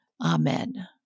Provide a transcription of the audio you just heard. Amen